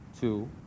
two